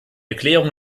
erklärung